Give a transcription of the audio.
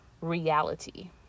reality